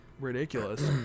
ridiculous